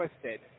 twisted